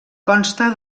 consta